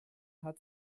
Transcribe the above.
hat